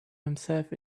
himself